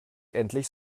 endlich